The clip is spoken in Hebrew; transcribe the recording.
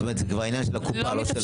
זאת אומרת, זה כבר עניין של הקופה, לא שלהם.